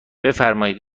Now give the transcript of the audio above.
بفرمایید